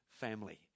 family